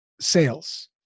sales